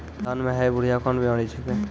धान म है बुढ़िया कोन बिमारी छेकै?